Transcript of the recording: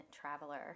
traveler